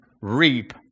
Reap